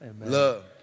Love